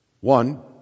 One